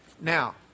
Now